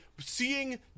seeing